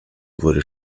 wurde